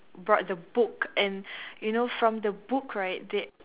brought the book and you know from the book right they